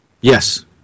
Yes